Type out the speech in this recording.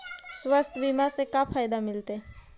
स्वास्थ्य बीमा से का फायदा मिलतै?